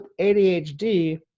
ADHD